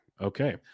Okay